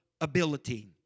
ability